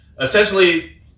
essentially